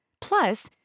Plus